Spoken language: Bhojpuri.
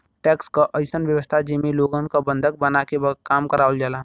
टैक्स क अइसन व्यवस्था जेमे लोगन क बंधक बनाके काम करावल जाला